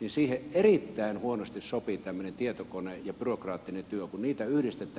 niin siihen erittäin huonosti sopii tämmöinen tietokone ja byrokraattinen työ se kun niitä yhdistetään